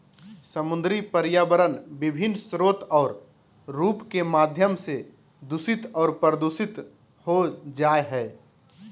समुद्री पर्यावरण विभिन्न स्रोत और रूप के माध्यम से दूषित और प्रदूषित हो जाय हइ